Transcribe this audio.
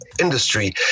industry